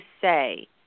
say